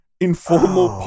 Informal